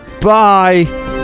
Bye